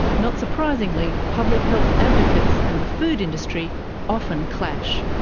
not surprisingly, public health advocates and the food industry often clash.